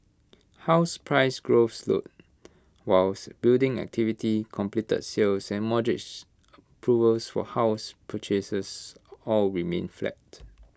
house price growth slowed whilst building activity completed sales and mortgage approvals for house purchase all remained flat